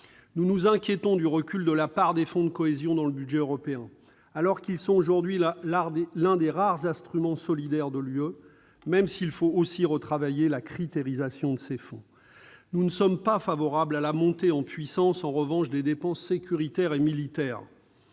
Nous nous inquiétons du recul de la part des fonds de cohésion dans le budget européen, alors qu'ils sont aujourd'hui l'un des rares instruments de solidarité de l'Union, même s'il faut retravailler les critères d'attribution de ces fonds. Nous ne sommes pas favorables à la montée en puissance des dépenses sécuritaires et militaires.